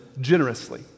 generously